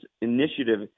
initiative